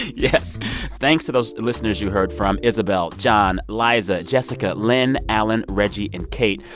yes thanks to those listeners you heard from isabelle, john, liza, jessica, lynn, alan, reggie and kate.